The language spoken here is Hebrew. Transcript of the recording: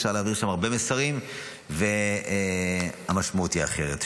אפשר להעביר שם הרבה מסרים והמשמעות היא אחרת.